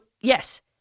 yes